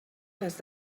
les